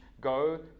Go